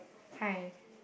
hi